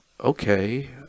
okay